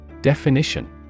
Definition